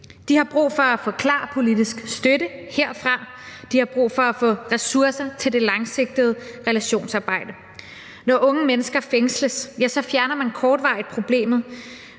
De har brug for at få klar politisk støtte herfra, de har brug for at få ressourcer til det langsigtede relationsarbejde. Når unge mennesker fængsles, fjerner man problemet